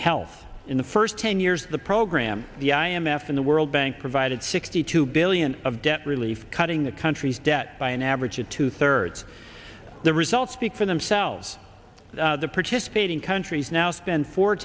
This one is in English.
health in the first ten years of the program the i m f and the world bank provided sixty two billion of debt relief cutting the country's debt by an average of two thirds the results speak for themselves the participating countries now spend four